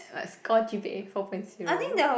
what score G_P_A four point zero